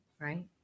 Right